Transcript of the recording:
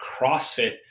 CrossFit